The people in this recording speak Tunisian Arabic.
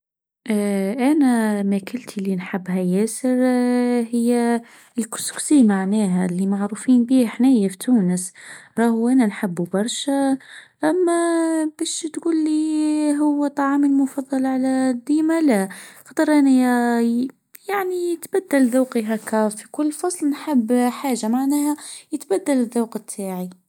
انا أكلتي إللي نحبها ياسر: هي الكسكسي معناها إللي معروفين بيها حناي في تونس رغو انا نحبو برشا اما بش تجولي هو طعامي المفضل على ديمه لا خطر انا ي-يعني يتبدل ذوقي هكا في كل فصل نحب حاجه معناها يتبدل الزوق بتعي.